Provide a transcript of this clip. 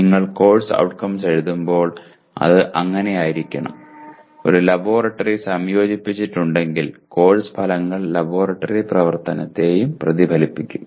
നിങ്ങൾ course outcomes എഴുതുമ്പോൾ അത് അങ്ങനെയായിരിക്കണം ഒരു ലബോറട്ടറി സംയോജിപ്പിച്ചിട്ടുണ്ടെങ്കിൽ കോഴ്സ് ഫലങ്ങൾ ലബോറട്ടറി പ്രവർത്തനത്തെയും പ്രതിഫലിപ്പിക്കും